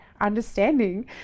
understanding